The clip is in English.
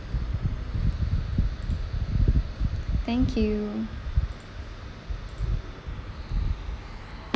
thank you